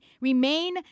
remain